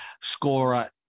scorer